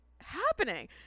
happening